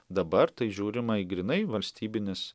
dabar tai žiūrima į grynai valstybinis